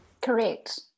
Correct